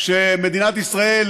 שמדינת ישראל,